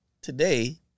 Today